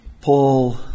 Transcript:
Paul